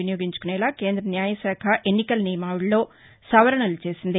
వినియోగించుకొనేలా కేంద్ర న్యాయశాఖ ఎన్నికల నియమావళిలో సవరణలు చేసింది